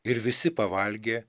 ir visi pavalgė